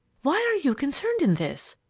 why are you concerned in this?